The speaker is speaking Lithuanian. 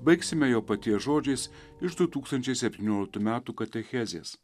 baigsime jo paties žodžiais iš du tūkstančiai septynioliktų metų katechezės